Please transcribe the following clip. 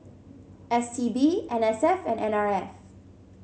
S T B N S F and N R F